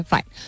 Fine